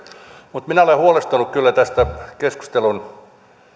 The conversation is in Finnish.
mutta minä olen huolestunut kyllä tästä keskustelun